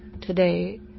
today